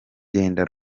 genda